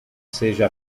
seja